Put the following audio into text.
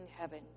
heaven